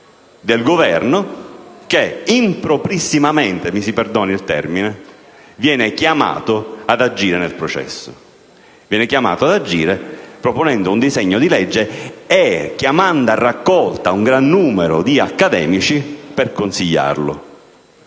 del Governo che improprissimamente - mi si perdoni il termine - viene chiamato ad agire nel processo proponendo un disegno di legge e chiamando a raccolta un gran numero di accademici per consigliarlo...